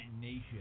Nation